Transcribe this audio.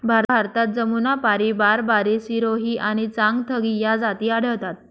भारतात जमुनापारी, बारबारी, सिरोही आणि चांगथगी या जाती आढळतात